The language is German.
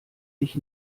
dich